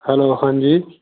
hello ਹਾਂਜੀ